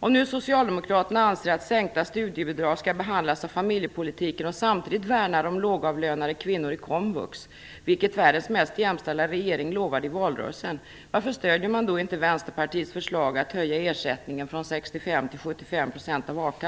av a-kassan om man nu anser att sänkta studiebidrag skall behandlas i familjepolitiken och samtidigt värnar om lågavlönade kvinnor i komvux, vilket världens mest jämställda regering lovade i valrörelsen?